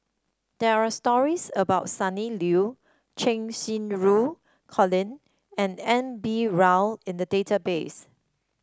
there are stories about Sonny Liew Cheng Xinru Colin and N B Rao in the database